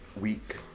week